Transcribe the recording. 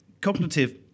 Cognitive